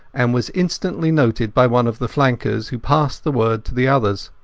and was instantly noted by one of the flankers, who passed the word to the others.